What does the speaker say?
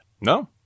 No